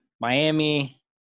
Miami